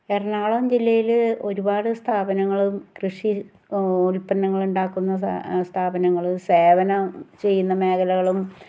എറണാകുളം ജില്ലയിൽ ഒരുപാട് സ്ഥാപനങ്ങളും കൃഷി ഉൽപന്നങ്ങളുണ്ടാക്കുന്ന സ്ഥാപനങ്ങൾ സേവനം ചെയ്യുന്ന മേഖലകളും